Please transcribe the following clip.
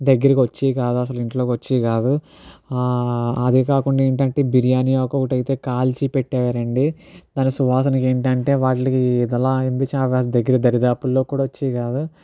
దగ్గరికి వచ్చేవి కాదు అసలు ఇంట్లోకి వచ్చేవి కాదు అదే కాకుండా ఏంటంటే బిర్యానీ ఆకొకటి అయితే కాల్చిపెట్టేవారండి దాని సువాసనకి ఏంటంటే వాటికి ఇదెలా అనిపించి దగ్గరకి దరిదాపుల్లో కూడా వచ్చేవి కాదు